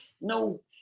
no